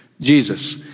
Jesus